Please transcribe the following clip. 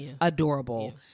Adorable